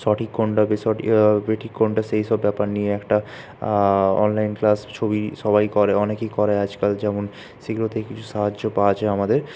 সঠিক কোনটা বেঠিক কোনটা সেই সব ব্যাপার নিয়ে একটা অনলাইন ক্লাস ছবি সবাই করে অনেকেই করে আজকাল যেমন সেগুলোতে কিছু সাহায্য পাওয়া যায় আমাদের